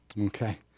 Okay